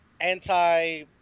anti